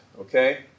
okay